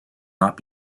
not